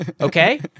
okay